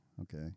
okay